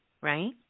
right